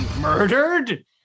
murdered